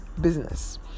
business